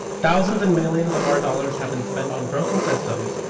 thousands and millions of our dollars have been spent on broken systems.